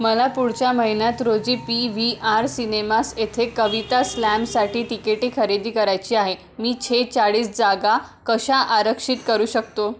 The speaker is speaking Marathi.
मला पुढच्या महिन्यात रोजी पी वी आर सिनेमास येथे कविता स्लॅमसाठी तिकेटी खरेदी करायची आहे मी सेहेचाळीस जागा कशा आरक्षित करू शकतो